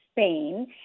Spain